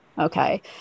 okay